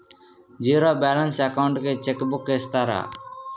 Zero balance account కి cheque book ఇస్తారా?